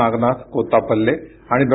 नागनाथ कोतापल्ले आणि डॉ